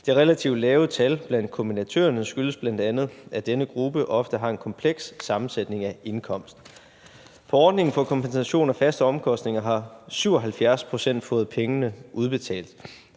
Det relativt lave tal blandt kombinatørerne skyldes bl.a., at denne gruppe ofte har en kompleks sammensætning af indkomst. For ordningen for kompensation af faste omkostninger har 77 pct. fået pengene udbetalt.